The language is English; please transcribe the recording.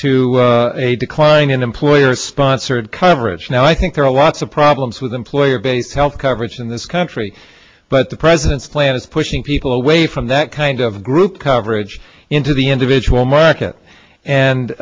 to a decline in employer sponsored coverage now i think there are lots of problems with employer based health coverage in this country but the president's plan is pushing people away from that kind of group coverage into the individual market and